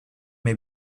may